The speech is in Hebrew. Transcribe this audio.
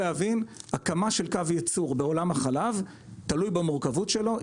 הקמה של קו ייצור בעולם החלב תלוי במורכבות שלו,